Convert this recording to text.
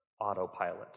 autopilot